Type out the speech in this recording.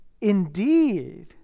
indeed